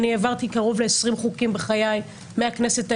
אני העברתי קרוב ל-20 חוקים בחיי מהכנסת ה-עשרים.